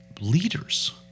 leaders